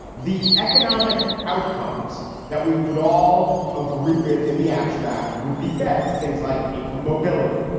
the economic outcomes that we would all agree with in the abstract would be better. things like income mobility,